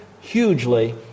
hugely